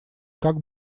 как